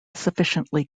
sufficiently